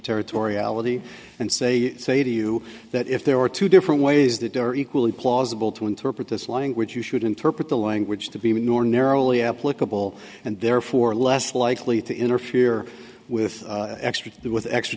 territoriality and say say to you that if there were two different ways the dirty quilly plausible to interpret this language you should interpret the language to be nor narrowly applicable and therefore less likely to interfere with extr